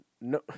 No